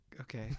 Okay